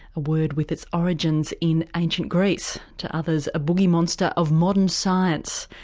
a word with its origins in ancient greece. to others, a boogie-monster of modern science.